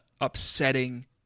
upsetting